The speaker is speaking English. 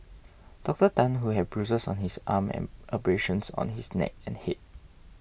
Dr Tan who had bruises on his arm and abrasions on his neck and head